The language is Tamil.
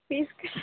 ஃபீஸ்சுக்கு